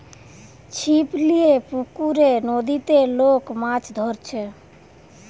ছিপ লিয়ে পুকুরে, নদীতে লোক মাছ ধরছে